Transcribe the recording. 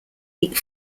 eat